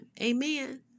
amen